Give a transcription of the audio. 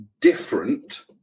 different